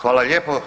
Hvala lijepo.